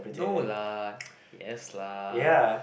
no lah yes lah